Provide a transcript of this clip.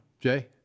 Jay